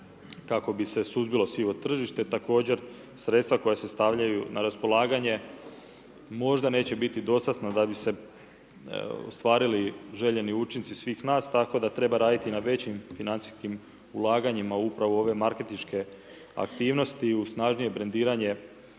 kako bi se suzbilo sivo tržište. Također sredstva koja se stavljaju na raspolaganje možda neće biti dostatna da bi se ostvarili željeni učinci svih nas tako da treba raditi na većim financijskim ulaganjima upravo ove marketinške i uz snažnije brendiranje